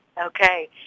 Okay